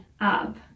up